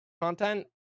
content